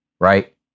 right